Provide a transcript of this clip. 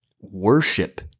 Worship